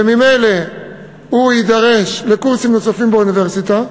וממילא הוא יידרש לקורסים נוספים באוניברסיטה,